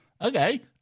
Okay